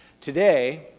Today